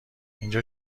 اینجا